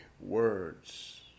words